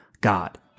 God